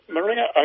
Maria